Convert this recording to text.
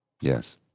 Yes